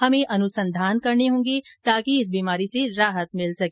हमें अनुसंधान करने होंगे ताकि इस बीमारी से राहत मिल सके